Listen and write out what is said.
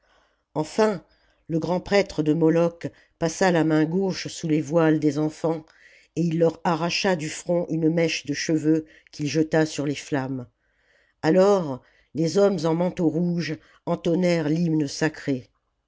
enfin le grand prêtre de moloch passa la main gauche sous les voiles des enfants et il leur arracha du front une mèche de cheveux qu'il jeta sur les flammes alors les hommes en manteaux rouges entonnèrent l'hymne sacré